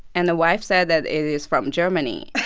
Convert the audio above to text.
and the wife said that it is from germany